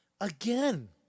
again